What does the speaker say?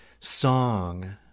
song